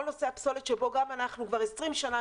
כל נושא הפסולת שבו אנחנו כבר 20 שנה,